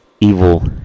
evil